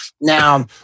Now